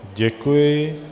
Děkuji.